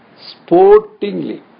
sportingly